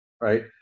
right